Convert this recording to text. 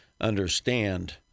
understand